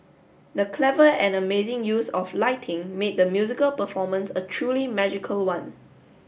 the clever and amazing use of lighting made the musical performance a truly magical one